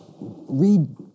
Read